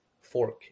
fork